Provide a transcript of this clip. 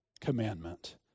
commandment